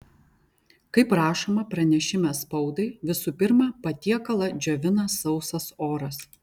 kaip rašoma pranešime spaudai visų pirma patiekalą džiovina sausas oras